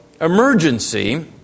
emergency